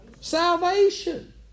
Salvation